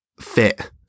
fit